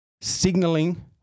signaling